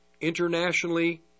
internationally